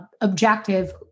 objective